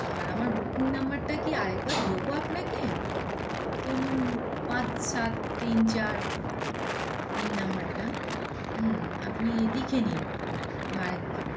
আর আমার বুকিং নাম্বারটা কি আরেকবার দেবো আপনাকে যেমন পাঁচ সাত তিন চার এই নাম্বারটা আপনি লিখে নিন আরেকবার